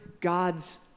God's